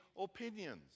opinions